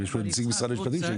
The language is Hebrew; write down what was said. אם יש פה נציג משרד המשפטים.